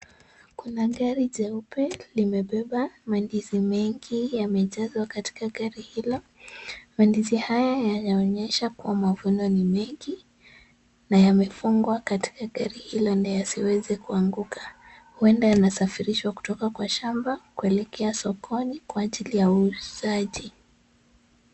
Kuna gari jeupe limebeba mandizi mengi yamejazwa katika gari hilo . Mandizi haya yanaonyesha kubwa mavuno ni mengi na yamefungwa katika gari hilo ndio yasiweze kuanguka. Huenda yanasafirishwa kutoka kwa shamba kuelekea sokoni kwa ajili ya uuzaji.